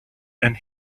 and